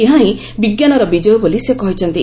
ଏହାହିଁ ବିଜ୍ଞାନର ବିଜୟ ବୋଲି ସେ କହିଛନ୍ତି